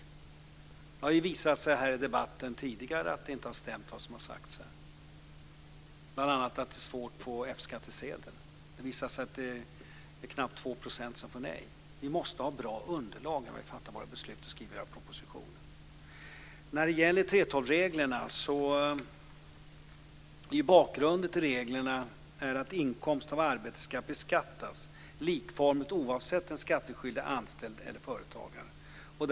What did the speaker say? I debatten tidigare här har det visat sig att det som sagts inte har stämt - bl.a. att det är svårt att få F skattsedel. Det har visat sig att det är knappt 2 % som får nej. Vi måste, som sagt, ha bra underlag när vi fattar beslut och skriver våra propositioner. När det gäller 3:12-reglerna är bakgrunden att inkomst av arbete ska beskattas likformigt, oavsett om den skattskyldige är anställd eller företagare.